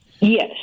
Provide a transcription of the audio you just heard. yes